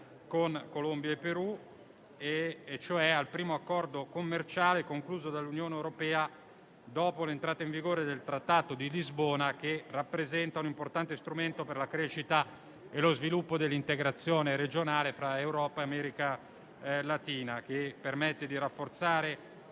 con Colombia e Perù, e cioè al primo Accordo commerciale concluso dall'Unione europea dopo l'entrata in vigore del Trattato di Lisbona, che rappresenta un importante strumento per la crescita e lo sviluppo dell'integrazione regionale fra Europa e America Latina, che permette di rafforzare